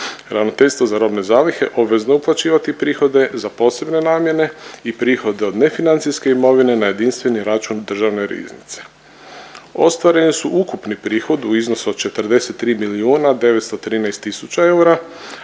Ravnateljstvo za robne zalihe obvezno je uplaćivati prihode za posebne namjene i prihode od nefinancijske imovine na jedinstveni račun Državne riznice. Ostvareni su ukupni prihod u iznosu od 43 milijuna